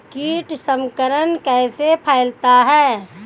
कीट संक्रमण कैसे फैलता है?